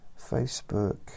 Facebook